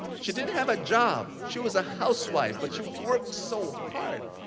she didn't have a job. she was a housewife, but she worked so hard.